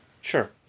Sure